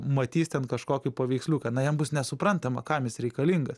matys ten kažkokį paveiksliuką na jam bus nesuprantama kam jis reikalingas